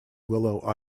willow